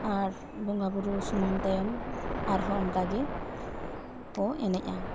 ᱟᱨ ᱵᱚᱸᱜᱟ ᱵᱳᱨᱳ ᱥᱩᱱᱩᱢ ᱛᱟᱭᱚᱢ ᱟᱨᱦᱚᱸ ᱚᱱᱠᱟ ᱜᱮ ᱠᱚ ᱮᱱᱮᱡᱼᱟ